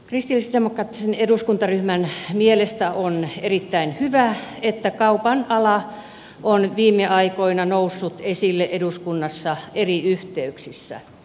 kristillisdemokraattisen eduskuntaryhmän mielestä on erittäin hyvä että kaupan ala on viime aikoina noussut esille eduskunnassa eri yhteyksissä